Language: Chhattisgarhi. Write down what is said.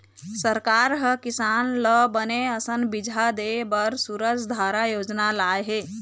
सरकार ह किसान ल बने असन बिजहा देय बर सूरजधारा योजना लाय हे